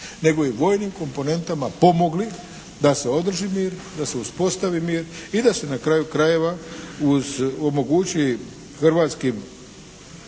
nego i vojnim komponentama pomogli da se održi mir, da se uspostavi mir i da se na kraju krajeva omogući hrvatskim